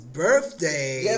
birthday